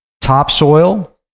topsoil